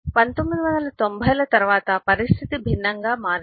1990 ల తర్వాత పరిస్థితి భిన్నంగా మారింది